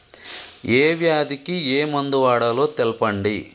ఏ వ్యాధి కి ఏ మందు వాడాలో తెల్పండి?